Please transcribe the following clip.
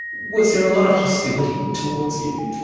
was there a lot of hostility towards you?